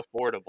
affordable